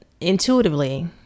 intuitively